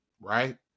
Right